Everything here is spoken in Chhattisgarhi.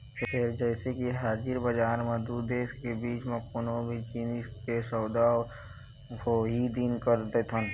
फेर जइसे के हाजिर बजार म दू देश के बीच म कोनो भी जिनिस के सौदा उहीं दिन कर देथन